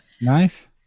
Nice